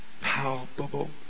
palpable